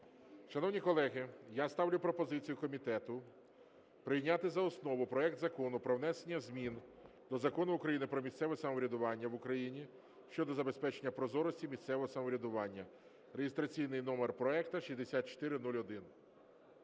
Шановні колеги, я ставлю пропозицію комітету прийняти за основу проект Закону про внесення змін до Закону України "Про місцеве самоврядування в Україні" щодо забезпечення прозорості місцевого самоврядування (реєстраційний номер проекту 6401).